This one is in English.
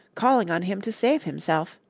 calling on him to save himself.